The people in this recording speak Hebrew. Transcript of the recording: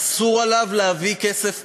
אסור לו להביא כסף פרטי.